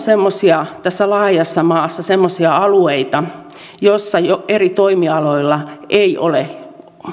tässä laajassa maassa semmoisia alueita joilla eri toimialoilla ei ole